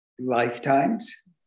lifetimes